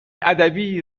ادبی